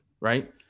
right